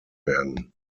werden